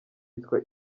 bitwa